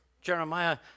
Jeremiah